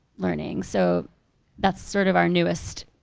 learning. so that's sort of our newest